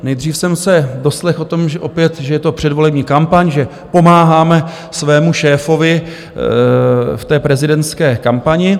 Nejdřív jsem se doslechl opět o tom, že je to předvolební kampaň, že pomáháme svému šéfovi v prezidentské kampani.